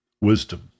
Wisdom